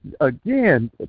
Again